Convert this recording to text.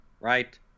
right